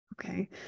Okay